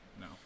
No